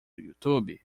youtube